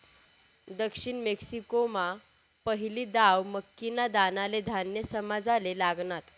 दक्षिण मेक्सिकोमा पहिली दाव मक्कीना दानाले धान्य समजाले लागनात